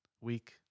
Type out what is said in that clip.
week